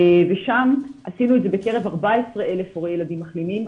ושם עשינו את זה בקרב 14,000 הורי ילדים מחלימים.